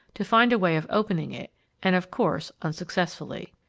to find a way of opening it and, of course, unsuccessfully.